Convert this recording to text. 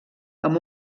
amb